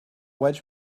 wedge